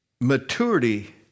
Maturity